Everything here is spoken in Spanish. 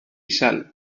sal